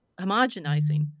homogenizing